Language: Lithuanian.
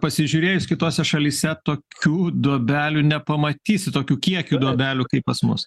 pasižiūrėjus kitose šalyse tokių duobelių nepamatysi tokių kiekių duobelių kaip pas mus